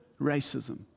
racism